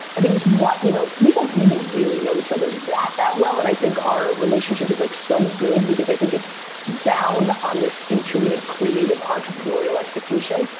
i think this is what, you know, we don't even really know each other that that well, and i think our relationship is like so good, because i think it's bound on this intuitive, creative entrepreneurial execution,